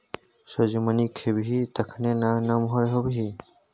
सजमनि खेबही तखने ना नमहर हेबही